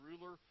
ruler